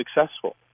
successful